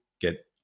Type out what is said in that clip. get